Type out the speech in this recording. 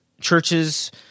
churches